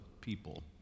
people